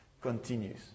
continues